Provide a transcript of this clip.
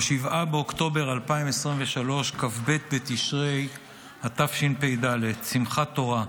ב-7 באוקטובר 2023, כ"ב בתשרי התשפ"ד, שמחת תורה,